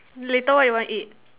later what you want eat